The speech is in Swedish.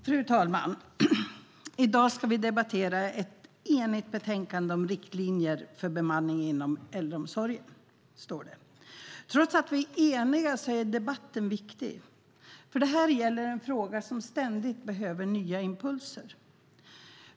Fru talman! I dag ska vi debattera ett enigt betänkande om riktlinjer för bemanning inom äldreomsorgen. Trots att vi är eniga är debatten viktig. Det här gäller nämligen en fråga där det ständigt behövs nya impulser.